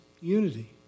unity